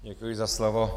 Děkuji za slovo.